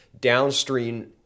downstream